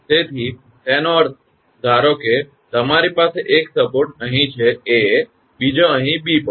તેથી તેનો અર્થ ધારો કે તમારી પાસે એક સપોર્ટ અહીં છે 𝐴 બીજો અહીં 𝐵 પર છે